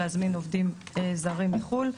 להזמין עובדים זרים מחו"ל,